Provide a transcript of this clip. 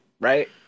right